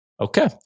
Okay